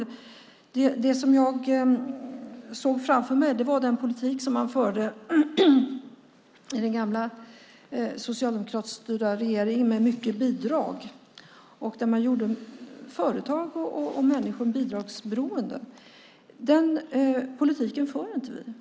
Det jag såg framför mig var den politik man förde i den gamla, socialdemokratiskt styrda regeringen där det var mycket bidrag. Man gjorde företag och människor bidragsberoende. Den politiken för inte vi.